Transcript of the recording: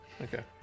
Okay